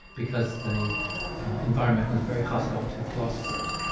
because the environment was very hostile to philosophers.